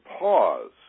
pause